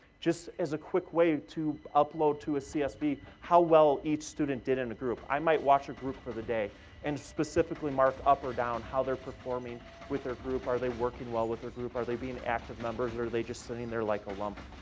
just as a quick way to upload to a csv how well each student did in a group. i might watch a group for the day and specifically mark, up or down, how they're performing with their group. are they working well with their group, are they being active members, or and are they just sitting there like a lump?